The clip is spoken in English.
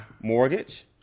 mortgage